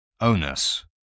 Onus